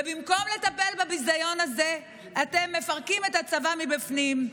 ובמקום לטפל בביזיון הזה אתם מפרקים את הצבא מבפנים,